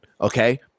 Okay